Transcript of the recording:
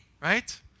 right